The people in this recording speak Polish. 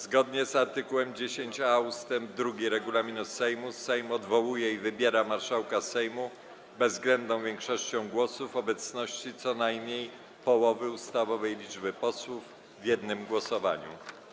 Zgodnie z art. 10a ust. 2 regulaminu Sejmu Sejm odwołuje i wybiera marszałka Sejmu bezwzględną większością głosów w obecności co najmniej połowy ustawowej liczby posłów, w jednym głosowaniu.